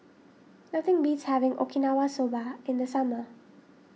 nothing beats having Okinawa Soba in the summer